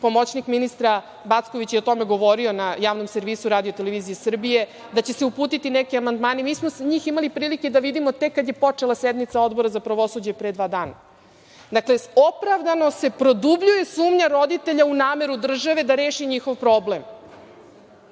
pomoćnik ministra Backovića je o tome govorio na Javnom servisu RTS da će se uputiti neki amandmani. Mi smo njih imali prilike da vidimo tek kada je počela sednica Odbora za pravosuđe pre dva dana. Dakle, opravdano se produbljuje sumnja roditelja u nameru države da reši njihov problem. Pošto